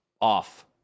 off